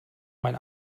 mein